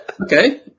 Okay